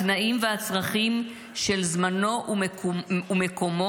התנאים והצרכים של זמנו ומקומו,